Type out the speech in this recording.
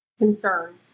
concern